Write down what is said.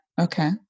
Okay